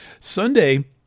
Sunday